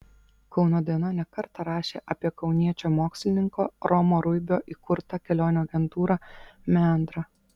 kauno diena ne kartą rašė apie kauniečio mokslininko romo ruibio įkurtą kelionių agentūrą meandra